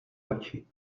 oči